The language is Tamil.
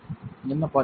என்ன பார்க்கிறீர்கள்